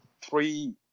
three